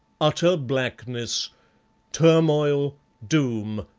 utter blackness turmoil, doom,